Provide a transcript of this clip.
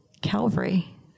Calvary